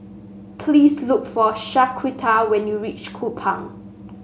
please look for Shaquita when you reach Kupang